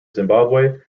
zimbabwe